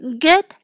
good